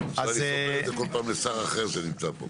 אני אומר את זה כל פעם לשר אחר שנמצא פה.